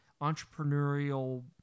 entrepreneurial